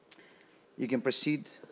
you can proceed